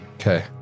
Okay